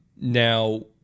Now